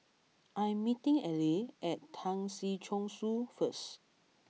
I am meeting Aleah at Tan Si Chong Su first